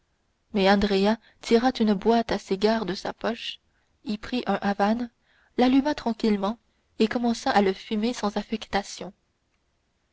mais andrea tira une boîte à cigares de sa poche y prit un havane l'alluma tranquillement et commença à le fumer sans affectation